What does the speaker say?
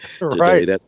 Right